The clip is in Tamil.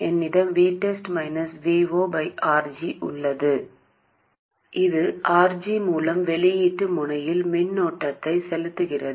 என்னிடம் RG உள்ளது இது RG மூலம் வெளியீட்டு முனையில் மின்னோட்டத்தை செலுத்துகிறது